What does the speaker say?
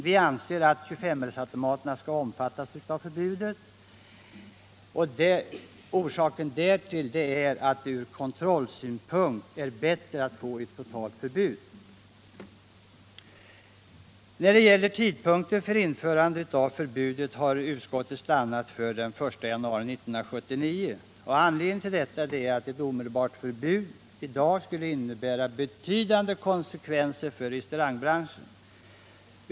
Vi har ansett att 25-öresautomaterna skall omfattas av förbudet, eftersom vi menar att det från kontrollsynpunkt är bättre att få ett totalt förbud. När det gäller tidpunkten för införande av förbudet har utskottet stannat för den 1 januari 1979. Anledningen till detta är att ett omedelbart förbud i dag skulle innebära betydande konsekvenser för restaurangbranschen.